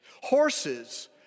Horses